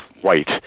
white